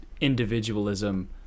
individualism